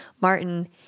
Martin